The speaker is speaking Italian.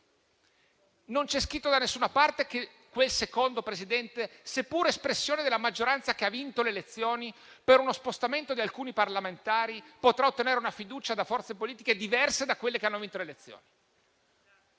non è scritto da nessuna parte che quel secondo Presidente, seppur espressione della maggioranza che ha vinto le elezioni per uno spostamento di alcuni parlamentari, potrà ottenere una fiducia da forze politiche diverse da quelle che hanno vinto le elezioni.